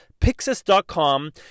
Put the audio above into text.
Pixis.com